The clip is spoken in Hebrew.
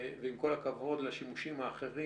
ועם כל הכבוד לשימושים האחרים,